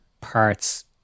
parts